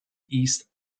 east